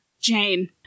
jane